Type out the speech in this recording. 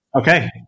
Okay